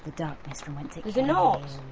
darkness from whence it there's a note.